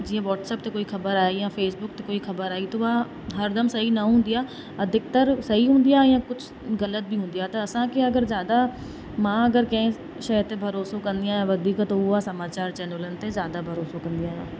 जीअं वॉट्सप ते कोई ख़बर आई या फेसबुक ते ख़बर आई त उहा हर दम सही न हूंदी आहे अधिकतर सही हूंदी आहे या कुझु ग़लति बि हूंदी आहे त असांखे अगरि ज़्यादा मां अगरि कंहिं शइ ते भरोसो कंदी आहियां वधीक त उहा समाचार चैनुलनि ते ज़्यादा भरोसो कंदी आहियां